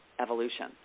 evolution